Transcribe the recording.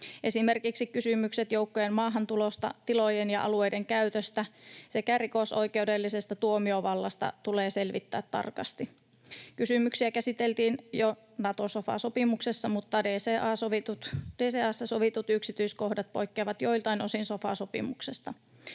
Esimerkiksi kysymykset joukkojen maahantulosta, tilojen ja alueiden käytöstä sekä rikosoikeudellisesta tuomiovallasta tulee selvittää tarkasti. Kysymyksiä käsiteltiin jo Nato-sofa-sopimuksessa, mutta DCA:ssa sovitut yksityiskohdat poikkeavat joiltain osin sofa-sopimuksesta.